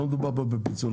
לא מדובר פה בפיצול,